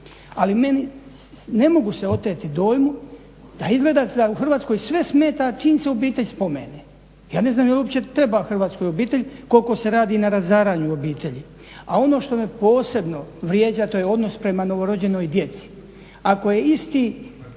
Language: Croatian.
Ali meni, ne mogu se oteti dojmu da izgleda da Hrvatskoj sve smeta čim se obitelj spomene. Ja ne znam jel uopće treba Hrvatskoj obitelj koliko se radi na razaranju obitelji, A ono što me posebno vrijeđa, to je odnos prema novo rođenoj djeci. Ako je isti